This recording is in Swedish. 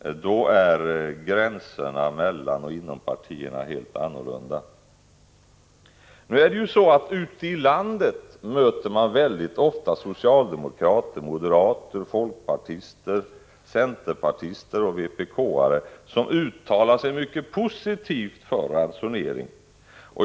Då är gränserna mellan och inom partierna helt andra. Ute i landet möter man väldigt ofta socialdemokrater, moderater, folkpartister, centerpartister och vpk-are som uttalar sig mycket positivt för ransonering.